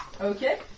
Okay